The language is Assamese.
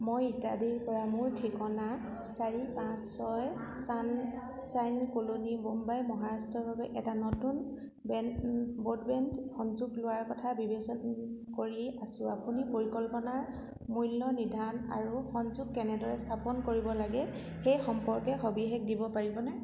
মই ইত্যাদিৰপৰা মোৰ ঠিকনাৰ চাৰি পাঁচ ছয় ছানশ্বাইন কলোনী মুম্বাই মহাৰাষ্ট্ৰৰ বাবে এটা নতুন বেণ্ড ব্ৰডবেণ্ড সংযোগ লোৱাৰ কথা বিবেচনা কৰি আছোঁ আপুনি পৰিকল্পনা মূল্য নিৰ্ধাৰণ আৰু সংযোগ কেনেদৰে স্থাপন কৰিব লাগে সেই সম্পৰ্কে সবিশেষ দিব পাৰিবনে